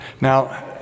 Now